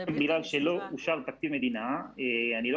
--- בגלל שלא אושר תקציב מדינה אני לא